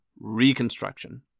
Reconstruction